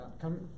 Come